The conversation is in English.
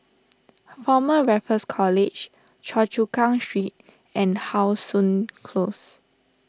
Former Raffles College Choa Chu Kang Street and How Sun Close